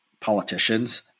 politicians –